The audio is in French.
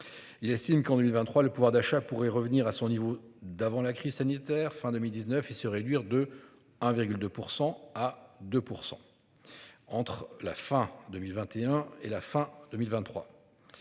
Il estime qu'en 2023 le pouvoir d'achat pourrait revenir à son niveau d'avant la crise sanitaire fin 2019 et se réduire de 1,2% à 2%. Entre la fin 2021 et la fin 2023.